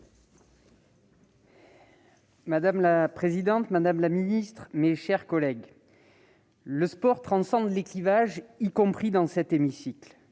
Madame la présidente, madame la ministre, mes chers collègues, le sport transcende les clivages, y compris dans cet hémicycle.